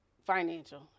Financial